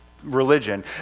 religion